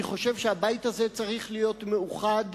אני חושב שהבית הזה צריך להיות מאוחד